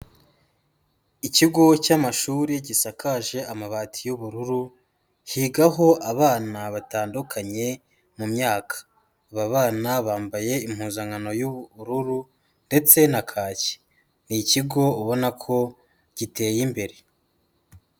Ikigo cy'amashuri gisakaje amabati y'ubururu, higaho abana batandukanye mu myaka. Aba bana bambaye impuzankano y'ubururu ndetse na kaki. Ni ikigo ubona ko giteye imbere.